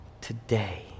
today